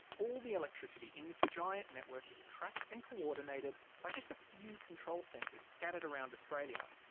all the electricity in this giant network is tracked and coordinated by just a few control centres scattered around australia.